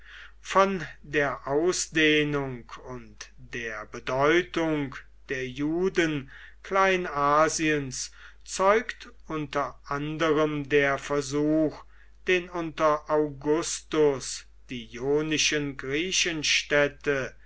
von der ausdehnung und der bedeutung der juden kleinasiens zeugt unter anderem der versuch den unter augustus die ionischen